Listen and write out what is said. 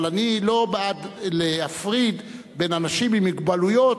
אבל אני לא בעד להפריד בין אנשים עם מוגבלויות